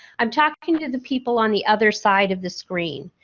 i'm talking to the people on the other side of the screen.